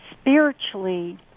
spiritually